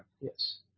Yes